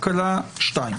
הקלה שנייה.